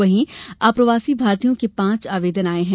वहीं अप्रवासी भारतीयों के पांच आवेदन आये हैं